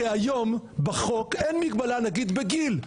הרי היום בחוק אין מגבלה נגיד בגיל.